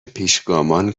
پیشگامان